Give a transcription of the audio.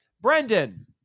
Brendan